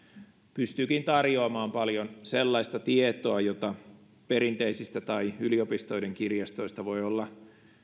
pystyykin tarjoamaan paljon sellaista tietoa jota perinteisistä tai yliopistoiden kirjastoista voi olla